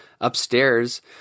Upstairs